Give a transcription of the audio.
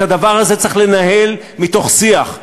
את הדבר הזה צריך לנהל מתוך שיח,